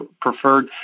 preferred